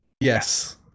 yes